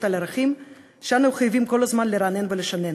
על ערכים שאנו חייבים כל הזמן לרענן ולשנן,